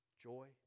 joy